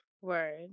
Word